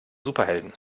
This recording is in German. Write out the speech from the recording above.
superhelden